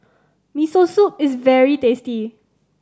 Miso Soup is very tasty